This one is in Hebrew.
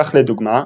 כך לדוגמה,